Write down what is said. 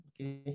okay